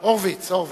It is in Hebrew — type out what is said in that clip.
הורוביץ.